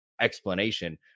explanation